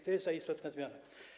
To jest ta istotna zmiana.